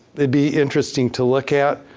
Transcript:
that'd be interesting to look at.